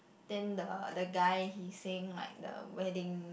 then the the guy he sing like the wedding